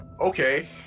Okay